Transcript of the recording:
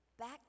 back